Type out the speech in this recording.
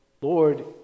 Lord